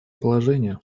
положение